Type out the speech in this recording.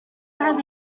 gael